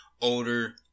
older